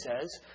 says